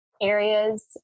areas